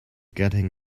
getting